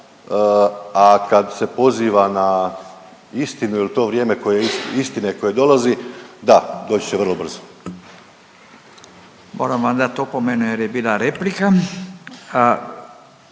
a kad se poziva na istinu il to vrijeme istine koja dolazi, da doći će vrlo brzo. **Radin, Furio (Nezavisni)** Moram vam dati opomenu jer je bila replika.